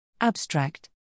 Abstract